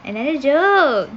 another joke